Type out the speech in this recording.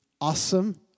awesome